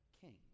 king